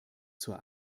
zur